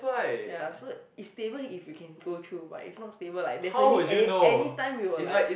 ya so is stable if you can go through but if not stable like there's a risk a~ any time you will like